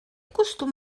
costum